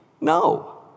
No